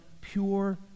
pure